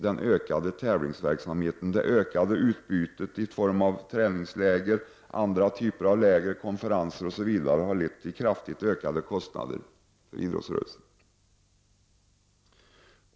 Den ökade tävlingsverksamheten, det ökade utbytet i form av träningsläger, andra typer av läger, konferenser osv., har lett till kraftigt ökade kostnader för idrottsrörelsen.